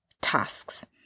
tasks